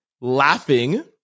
laughing